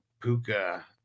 Puka